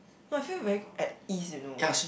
no I feel very at ease you know